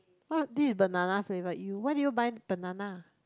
what this is banana flavoured you why did you buy banana